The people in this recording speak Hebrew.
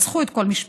רצחו את כל משפחתה.